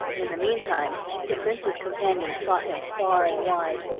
in the meantime the prince's companions sought him far and wide,